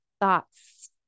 thoughts